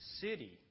city